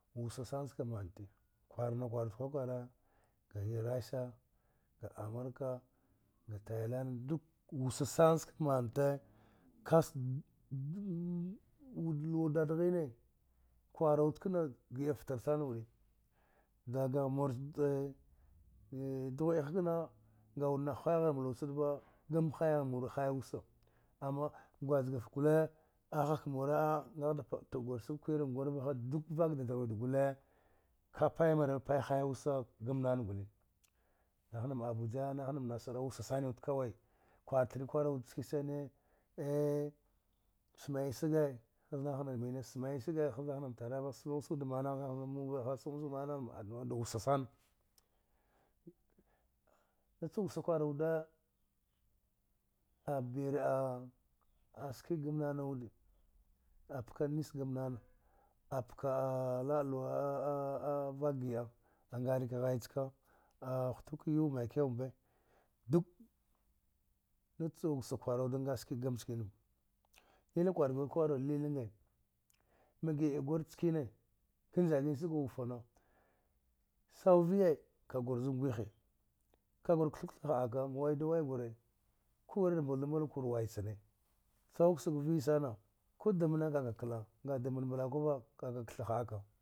Wsa sana aska mnata, kwara kwa wua kwa kwara ka russia ka america ga thailand, duka wsa sana ski mnta kasta wude luwa dadaghine kura wuda kana gida fte tia sana wuda a daga mur rd dughweda kana, ka nay hwa hre ma luwa cu va gma hiya muva, hiya wsa amma gwazkafte guli, akka agha kha mura ada tiguduwe a kwire na gwre, duk vka na dhi wude gwal, ka payanama payanama nay biyi wsa, gmana gwal ana abuja, nassarawa, wsa sana wuda kawa kurata kwara wuda saska sina, smiya shiga nayne mine, simiya shiga za nayna taraba, wsu wse na cha wsa kwara wude a bari a ski gmana wuda, a paka nise gmana paka la ba lu vka gida, a gra ka ghaya chaka, a hutwa ka yuwe mai kyau mbe duk na wsa kwara wuda aska gma niekeneva nina kwara kura kha lilinge ma gida gwre niekene azkga ufane, sau viya ka girre ju ngwhiya, ka girre kethu ketha ghɗaka, ma wa duwe waya, ku wiye da mbulda mbula kura waya china ka sau sau viye sina ko dmne ka kla, a dmni mbalkuva ka ka kethu ghdaka.